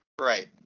Right